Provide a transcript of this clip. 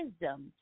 wisdom